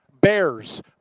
Bears